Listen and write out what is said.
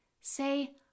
Say